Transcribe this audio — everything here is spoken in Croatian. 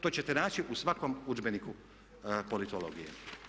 To ćete naći u svakom udžbeniku politologije.